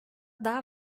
daha